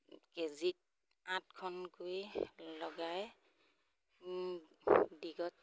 কেজিত আঠখনকৈ লগাই দীঘত